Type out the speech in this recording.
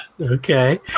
Okay